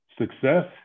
Success